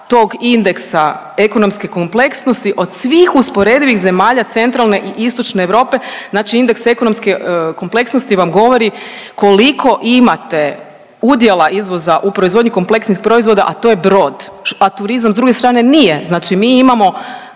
tog indeksa ekonomske kompleksnosti od svih usporedivih zemalja centralne i Istočne Europe. Znači indeks ekonomske kompleksnosti vam govori koliko imate udjela izvoza u proizvodnji kompleksnih proizvoda, a to je brod, a turizam s druge strane nije, znači mi imamo